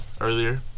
earlier